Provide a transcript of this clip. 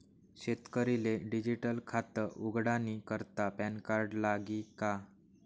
शेतकरीले डिजीटल खातं उघाडानी करता पॅनकार्ड लागी का?